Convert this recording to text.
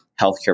healthcare